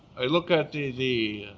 i look at the the